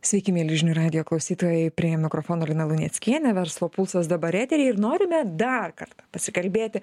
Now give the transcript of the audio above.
sveiki mieli žinių radijo klausytojai prie mikrofono lina luneckienė verslo pulsas dabar eteryje ir norime dar kartą pasikalbėti